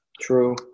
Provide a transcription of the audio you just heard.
True